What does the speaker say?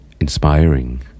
inspiring